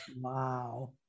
Wow